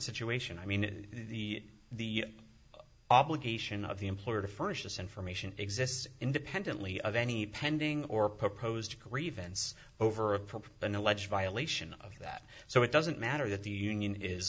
situation i mean the the obligation of the employer to furnish this information exists independently of any pending or proposed grievance over a problem an alleged violation of that so it doesn't matter that the union is